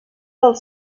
del